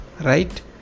right